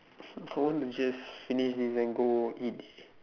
I want to just finish this then go eat